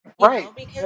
Right